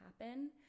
happen